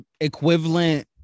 equivalent